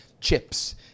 chips –